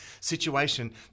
situation